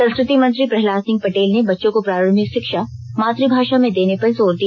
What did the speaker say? संस्कृति मंत्री प्रह्लाद सिंह पटेल ने बच्चों को प्रारंभिक शिक्षा मातभाषा में देने पर जोर दिया